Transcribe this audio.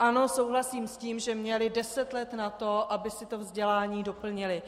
Ano, souhlasím s tím, že měli deset let na to, aby si to vzdělání doplnili.